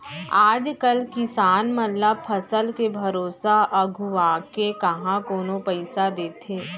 आज कल किसान मन ल फसल के भरोसा अघुवाके काँहा कोनो पइसा देथे